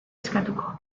eskatuko